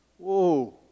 Whoa